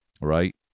right